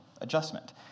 adjustment